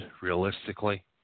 realistically